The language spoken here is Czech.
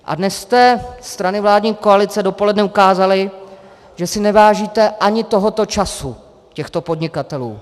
A dnes jste, strany vládní koalice, dopoledne ukázaly, že si nevážíte ani tohoto času těchto podnikatelů.